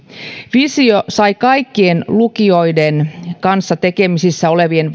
visio sai kaikkien lukioiden kanssa tekemisissä olevien